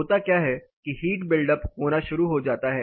होता क्या है कि हीट बिल्डअप होना शुरू हो जाती है